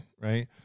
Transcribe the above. right